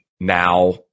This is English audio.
now